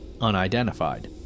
unidentified